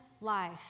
life